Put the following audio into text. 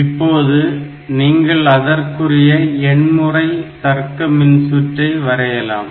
இப்போது நீங்கள் அதற்குரிய எண்முறை தர்க்க மின்சுற்றை வரையலாம்